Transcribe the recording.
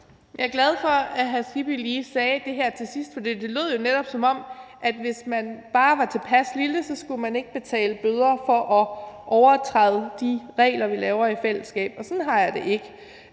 Jeg er glad for, at hr. Hans Kristian Skibby lige sagde det her til sidst, for det lød jo netop, som om man, hvis man bare var tilpas lille, ikke skulle betale bøder for at overtræde de regler, vi laver i fællesskab – og sådan ser jeg det ikke.